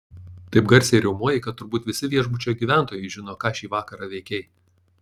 taip garsiai riaumojai kad turbūt visi viešbučio gyventojai žino ką šį vakarą veikei